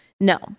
No